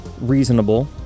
reasonable